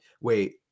wait